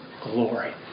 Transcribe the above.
glory